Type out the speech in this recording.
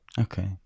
Okay